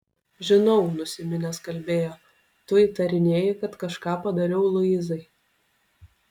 žinau nusiminęs kalbėjo tu įtarinėji kad kažką padariau luizai